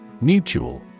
Mutual